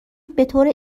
بطور